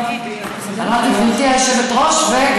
סליחה, אמרתי: גברתי היושבת-ראש, איתן.